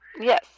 Yes